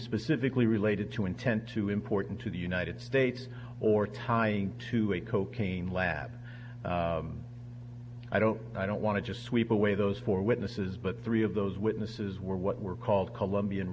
specifically related to intent to important to the united states or tying to a cocaine lab i don't i don't want to just sweep away those four witnesses but three of those witnesses were what were called colombian